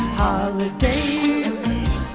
Holidays